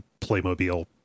Playmobil